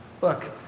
Look